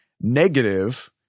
negative